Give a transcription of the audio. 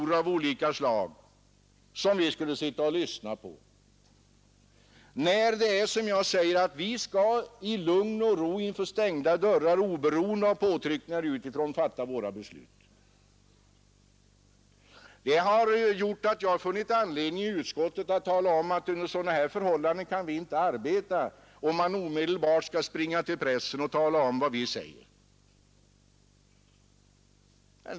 Man har här krävt att vi skall sitta och lyssna på en del rad människor, professorer och andra, trots att vi, som jag har sagt, enligt riksdagsstadgan i lugn och ro inför stängda dörrar och oberoende av påtryckningar utifrån skall fatta våra beslut. Detta har gjort att jag har funnit anledning att i utskottet tala om att vi inte kan utföra vårt arbete om man omedelbart springer till pressen och talar om vad vi säger där.